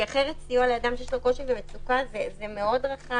אחרת סיוע לאדם שיש לו קושי ומצוקה זה מאוד רחב.